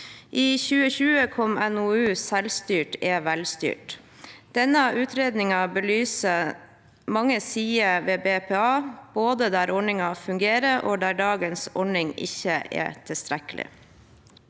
I 2021 kom NOU-en Selvstyrt er velstyrt. Denne utredningen belyser mange sider ved BPA, både der ordningen fungerer, og der dagens ordning ikke er tilstrekkelig.